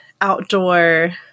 outdoor